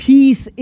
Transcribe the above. Peace